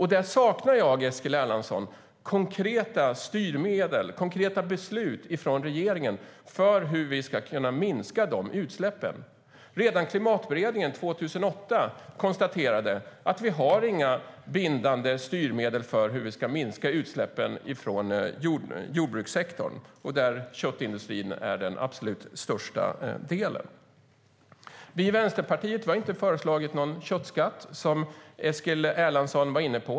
Här saknar jag, Eskil Erlandsson, konkreta styrmedel och beslut från regeringen för hur vi ska kunna minska dessa utsläpp. Redan 2008 konstaterade Klimatberedningen att vi inte har några bindande styrmedel för hur vi ska minska utsläppen från jordbrukssektorn, där köttindustrin står för den absolut största delen. Vänsterpartiet har inte föreslagit en köttskatt, vilket Eskil Erlandsson var inne på.